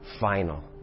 final